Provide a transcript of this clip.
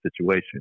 situation